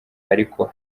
ariko